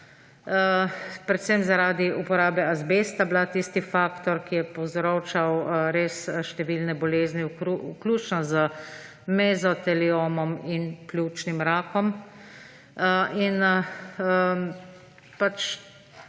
predvsem zaradi uporabe azbesta tisti faktor, ki je povzročal številne bolezni, vključno z mezoteliomom in pljučnim rakom. To je